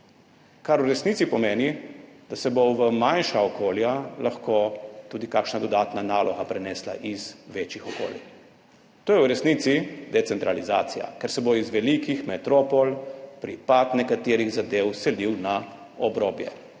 Kar v resnici pomeni, da se bo v manjša okolja lahko tudi kakšna dodatna naloga prenesla iz večjih okolij. To je v resnici decentralizacija, ker se bo iz velikih metropol pripad nekaterih zadev selil na obrobje.